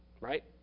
Right